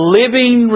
living